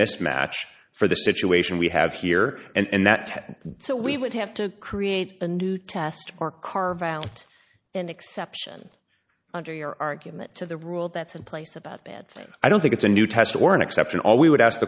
mismatch for the situation we have here and that so we would have to create a new test or carve out an exception under your argument to the rule that's in place about that i don't think it's a new test or an exception all we would ask